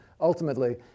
ultimately